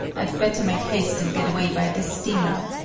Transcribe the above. i'd better make haste and get away by this steamer.